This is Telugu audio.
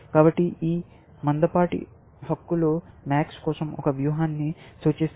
కాబట్టి ఈ మందపాటి పంక్తులు MAX కోసం ఒక వ్యూహాన్ని సూచిస్తాయి